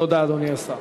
תודה, אדוני השר.